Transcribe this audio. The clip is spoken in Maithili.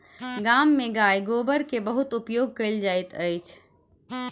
गाम में गाय गोबर के बहुत उपयोग कयल जाइत अछि